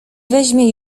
weźmie